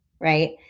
Right